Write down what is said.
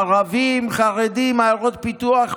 ערבים, חרדים, עיירות פיתוח.